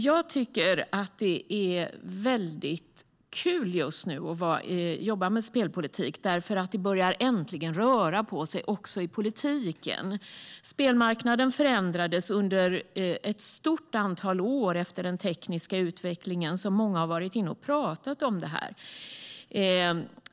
Jag tycker att det är väldigt kul att jobba med spelpolitik just nu, då det äntligen börjar röra på sig också i politiken. Spelmarknaden förändrades under ett stort antal år i och med den tekniska utvecklingen, som många har pratat om.